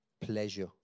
pleasure